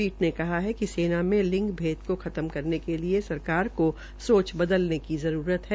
पीठ ने कहा है कि सेना में लिंग भेद को खत्म करने के लिए सरकार को सोच बदलने की जरूरत है